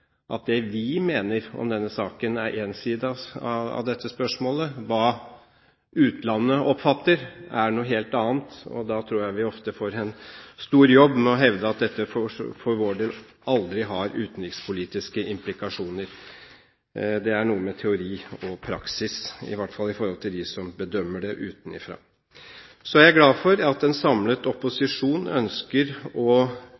tror likevel vi bør være oppmerksomme på at det vi mener, er én side av dette spørsmålet. Hva utlandet oppfatter, er noe helt annet. Da tror jeg vi ofte får en stor jobb med å hevde at dette for vår del aldri har utenrikspolitiske implikasjoner. Det er noe med teori og praksis – i hvert fall i forhold til dem som bedømmer det utenifra. Så er jeg glad for at en samlet opposisjon ønsker å